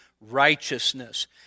righteousness